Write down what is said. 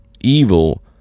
evil